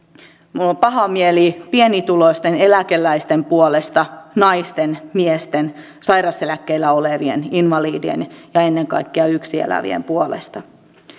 minulla on paha mieli pienituloisten eläkeläisten puolesta naisten miesten sairauseläkkeellä olevien invalidien ja ennen kaikkea yksin elävien puolesta